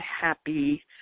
happy